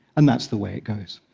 and that's the way it goes.